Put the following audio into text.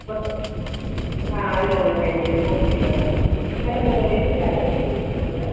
மொத்தம் ஆ அதில் ஒரு ரெண்டு ஓகே மேடம் மேடம் உங்கள் டெலிவரி அட்ரஸ் கொஞ்சம் சொல்லுங்களேன்